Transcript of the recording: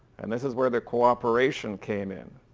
and this is where the cooperation came in.